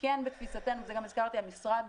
כן בתפיסתנו, זה גם הזכרתי, המשרד